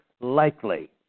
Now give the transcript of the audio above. likely